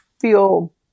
feel